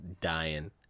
dying